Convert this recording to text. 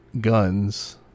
guns